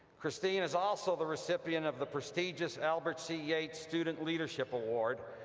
christine is also the recipient of the prestigious albert c. yates student leadership award,